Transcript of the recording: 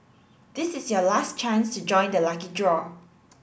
this is your last chance to join the lucky draw